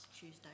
Tuesday